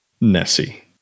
Nessie